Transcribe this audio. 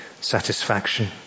satisfaction